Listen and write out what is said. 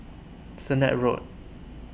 Sennett Road